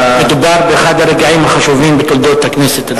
מדובר באחד הרגעים החשובים בתולדות הכנסת הזאת.